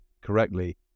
correctly